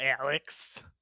Alex